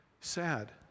sad